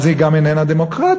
היא גם אינה דמוקרטית,